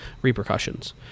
Repercussions